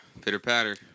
Pitter-patter